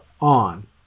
on